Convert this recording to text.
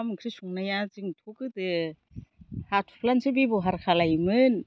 मारै मारै बुंनांगौ ओंखाम ओंख्रि संनाया जोंथ' गोदो हाथ'फ्ला निसो बेब'हार खालायोमोन